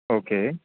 okay